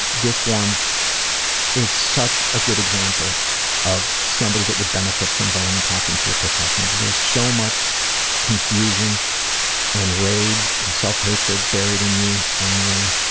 this one is such a good example of somebody that would benefit from going and talking to a professional. there's so much confusion and rage and self-hatred buried in you, ann-marie.